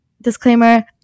disclaimer